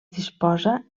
disposa